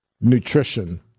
nutrition